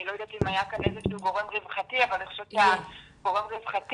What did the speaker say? אני לא יודעת אם היה כאן איזשהו גורם רווחתי אבל אני חושבת שגורם רווחתי